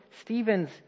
Stephen's